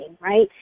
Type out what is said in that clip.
right